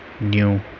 new